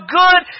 good